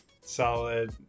Solid